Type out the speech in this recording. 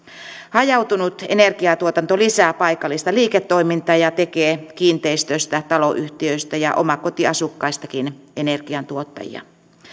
hajautunut energiatuotanto lisää paikallista liiketoimintaa ja tekee kiinteistöistä taloyhtiöistä ja omakotiasukkaistakin energiantuottajia